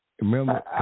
Remember